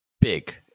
big